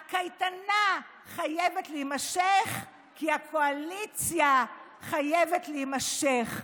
הקייטנה חייבת להימשך, כי הקואליציה חייבת להימשך.